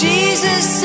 Jesus